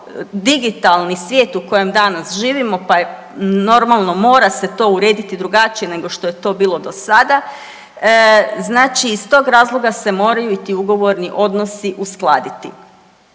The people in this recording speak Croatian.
to digitalni svijet u kojem danas živimo pa je normalno mora se to urediti drugačije nego što je to bilo dosada. Znači iz tog razloga se moraju i ti ugovorni odnosi uskladiti.